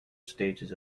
stages